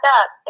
up